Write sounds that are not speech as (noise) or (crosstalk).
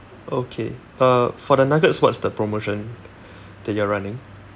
okay uh for the nuggets what's the promotion (breath) that you're running